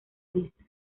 lista